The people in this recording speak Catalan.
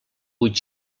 vuit